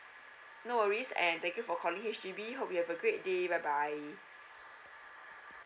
no worries and thank you for calling H_D_B hope you have a great day bye bye